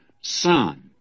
son